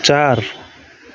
चार